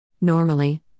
Normally